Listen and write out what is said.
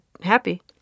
happy